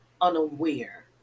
unaware